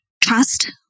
trust